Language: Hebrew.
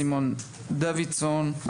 סימון דוידסון,